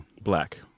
black